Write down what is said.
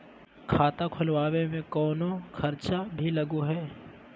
खाता खोलावे में कौनो खर्चा भी लगो है?